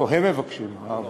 זה חדש,